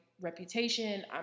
reputation